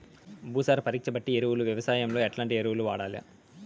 భూసార పరీక్ష బట్టి ఎరువులు వ్యవసాయంలో ఎట్లాంటి ఎరువులు వాడల్ల?